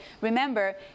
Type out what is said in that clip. remember